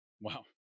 Wow